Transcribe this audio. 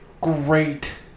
great